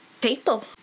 people